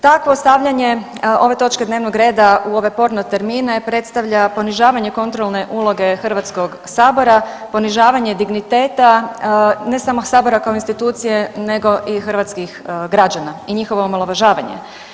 Takvo stavljanje ove točke dnevnog reda u ove porno termine predstavlja ponižavanje kontrolne uloge HS, ponižavanje digniteta ne samo sabora kao institucije nego i hrvatskih građana i njihovo omalovažavanje.